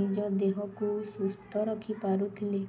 ନିଜ ଦେହକୁ ସୁସ୍ଥ ରଖିପାରୁଥିଲେ